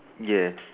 ya